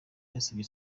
yasabye